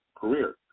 career